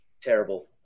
Terrible